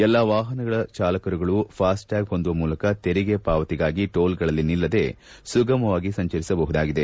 ಎಲ್ಲಾ ವಾಹನಗಳ ಚಾಲಕರುಗಳು ಫಾಸ್ಟ್ಟ್ಲಾಗ್ ಹೊಂದುವ ಮೂಲಕ ತೆರಿಗೆ ಪಾವತಿಗಾಗಿ ಟೋಲ್ಗಳಲ್ಲಿ ನಿಲ್ಲದೆ ಸುಗಮವಾಗಿ ಸಂಚರಿಸಬಹುದಾಗಿದೆ